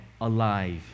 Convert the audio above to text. alive